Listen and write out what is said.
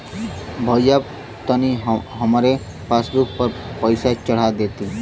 भईया तनि हमरे पासबुक पर पैसा चढ़ा देती